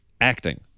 acting